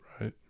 Right